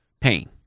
pain